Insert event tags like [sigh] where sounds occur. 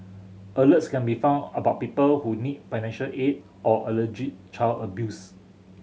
alerts can be [unintelligible] about people who need financial aid or allergy child abuse